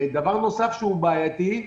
דבר נוסף שהוא בעייתי,